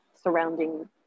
surrounding